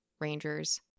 rangers